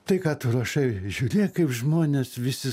tai ką tu rašai žiūrėk kaip žmonės visi